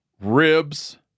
ribs